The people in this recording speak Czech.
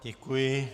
Děkuji.